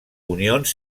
unions